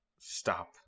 stop